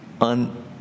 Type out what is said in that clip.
on